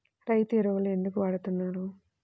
రైతు ఎరువులు ఎందుకు వాడుతున్నారు?